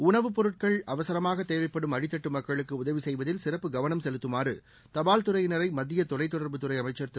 உணவுப்பொருட்கள் அவசரமாக தேவைப்படும் அடித்தட்டு மக்களுக்கு உதவி செய்வதில் சிறப்பு கவனம் செலுத்துமாறு தபால் துறையினரை மத்திய தொலைத்தொடர்பு துறை அமைச்ச் திரு